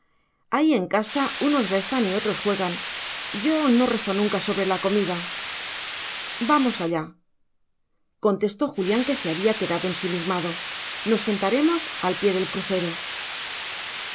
ahí en casa unos rezan y otros juegan yo no rezo nunca sobre la comida vamos allá contestó julián que se había quedado ensimismado nos sentaremos al pie del crucero